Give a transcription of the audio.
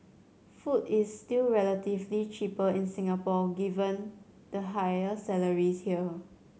food is still relatively cheaper in Singapore given the higher salaries here